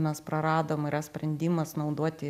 mes praradom yra sprendimas naudoti